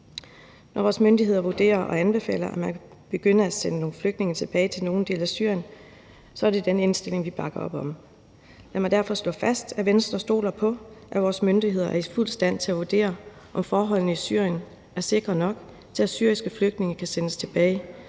Når vores myndigheder vurderer og anbefaler, at man kan begynde at sende nogle flygtninge tilbage til nogle dele af Syrien, er det den indstilling, vi bakker op om. Lad mig derfor slå fast, at Venstre stoler på, at vores myndigheder fuldt ud er i stand til at vurdere, om forholdene i Syrien er sikre nok til, at syriske flygtninge kan sendes tilbage.